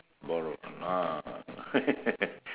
borrow ah